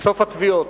לסוף התביעות.